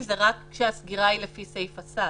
היא רק כשהסגירה היא לפי סעיף הסל.